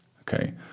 okay